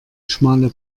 schmale